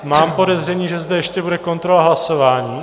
Mám podezření, že zde ještě bude kontrola hlasování.